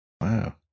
Wow